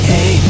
Hey